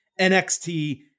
NXT